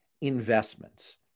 investments